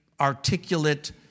articulate